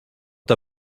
t’a